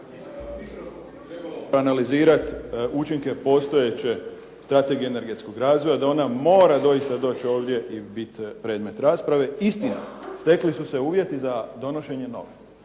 analizirati učinke postojeće strategije energetskog razvoja, da ona mora doista doći ovdje i biti predmet rasprave istih stekli su se uvjeti za donošenje nove.